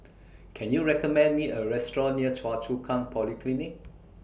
Can YOU recommend Me A Restaurant near Choa Chu Kang Polyclinic